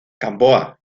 gamboa